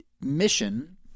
mission